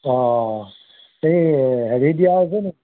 অঁ এই হেৰি দিয়া হৈছে নেকি